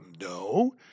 No